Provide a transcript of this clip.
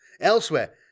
Elsewhere